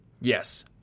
Yes